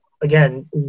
again